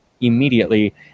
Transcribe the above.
immediately